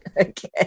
Okay